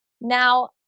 Now